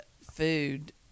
food